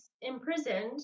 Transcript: imprisoned